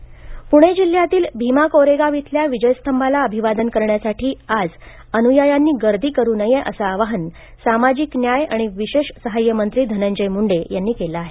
कोरेगाव भीमा प्णे जिल्ह्यातील भीमा कोरेगाव इथल्या विजयस्तंभाला अभिवादन करण्यासाठी आज अन्यायांनी गर्दी करू नये असं आवाहन सामाजिक न्याय आणि विशेष सहाय्य मंत्री धनंजय मूंडे यांनी केलं आहे